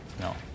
no